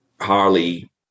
Harley